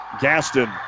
Gaston